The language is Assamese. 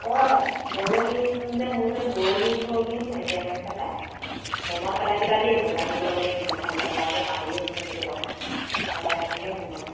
অঁ বৰলীন যে মোৰ যে বৰলীন চৰলিনো নাইকিয়া হৈ আছে পাই মনত পেলাই দিবা দেই বজাৰ কৰিবলে গ'লে সেইদিনাখনকে মই যে পাহৰিয়ে থাকোঁ সেইটো কথা ঘৰত আহিহে মনত